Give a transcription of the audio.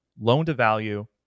loan-to-value